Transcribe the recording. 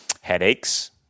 headaches